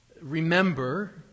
remember